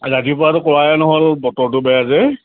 ৰাতিপুৱাটো কৰাই নহ'ল বতৰটো বেয়া যে